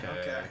okay